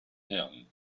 herren